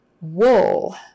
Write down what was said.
wool